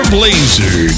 Blazer